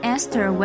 Esther